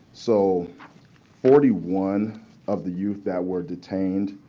so forty one of the youth that were detained